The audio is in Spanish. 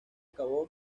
acabó